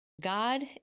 God